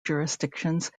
jurisdictions